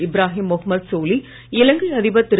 இப்ராகிம் முகமது சோலி இலங்கை அதிபர் திரு